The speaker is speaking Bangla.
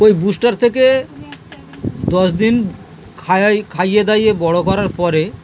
ওই বুস্টার থেকে দশ দিন খাইাই খাইয়ে দাইয়ে বড়ো করার পরে